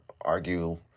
argue